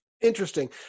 Interesting